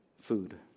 food